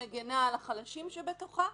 שמגינה על החלשים שבתוכה,